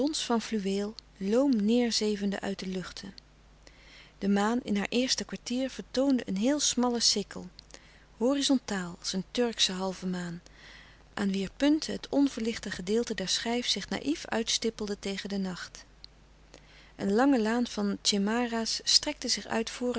van fluweel loom neêrzevende uit de luchten de maan in haar eerste kwartier vertoonde een heel smalle sikkel horizontaal als een turksche halve maan aan wier punten het onverlichte gedeelte der schijf zich naïf uitstippelde tegen den nacht een lange laan van tjemara's strekte zich